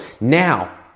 now